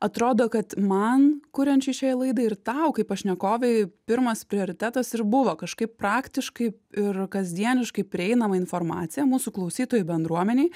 atrodo kad man kuriančiui šiai laidai ir tau kaip pašnekovei pirmas prioritetas ir buvo kažkaip praktiškai ir kasdieniškai prieinama informacija mūsų klausytojų bendruomenei